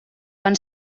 van